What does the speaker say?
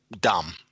Dumb